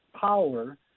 power